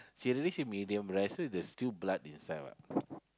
she already say medium rare so there's still blood inside [what]